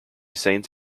scenes